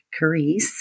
Carice